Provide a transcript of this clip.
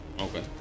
Okay